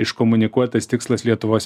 iškomunikuotas tikslas lietuvos